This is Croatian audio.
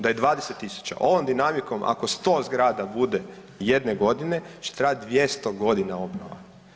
Da je 20 tisuća ovom dinamikom ako 100 zgrada bude jedne godine će trajati 200 godina obnova.